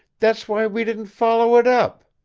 that's why we didn't follow it up.